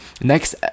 next